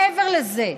מעבר לזה,